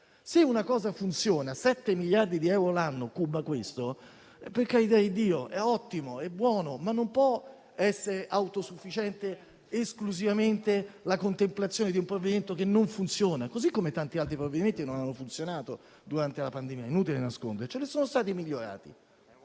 cuba 7 miliardi di euro l'anno), per carità di Dio, è ottimo, è buono, ma non può essere sufficiente esclusivamente la contemplazione di un provvedimento che non funziona, così come tanti altri provvedimenti non hanno funzionato durante la pandemia - è inutile nascondercelo - e sono stati migliorati,